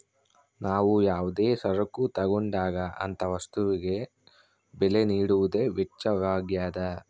ನಾವು ಯಾವುದೇ ಸರಕು ತಗೊಂಡಾಗ ಅಂತ ವಸ್ತುಗೆ ಬೆಲೆ ನೀಡುವುದೇ ವೆಚ್ಚವಾಗ್ಯದ